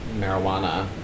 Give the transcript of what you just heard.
marijuana